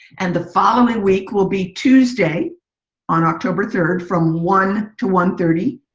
and the following week will be tuesday on october third, from one to one thirty,